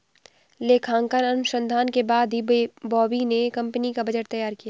लेखांकन अनुसंधान के बाद ही बॉबी ने कंपनी का बजट तैयार किया